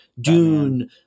Dune